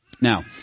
Now